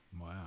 Wow